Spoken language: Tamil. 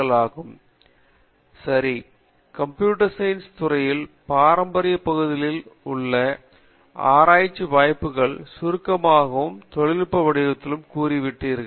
பேராசிரியர் பிரதாப் ஹரிதாஸ் சரி கம்ப்யூட்டர் சயின்ஸ் துறையில் பாரம்பரிய சூழலில் உள்ள ஆராய்ச்சி வாய்ப்புகளை சுருக்கமாகவும் தொழில்நுட்ப வடிவத்திலும் கூறி விட்டீர்கள்